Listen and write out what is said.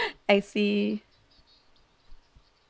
I see